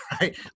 right